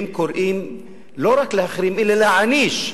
הם קוראים לא רק להחרים, אלא להעניש.